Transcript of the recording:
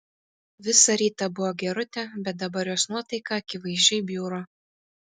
visą rytą buvo gerutė bet dabar jos nuotaika akivaizdžiai bjuro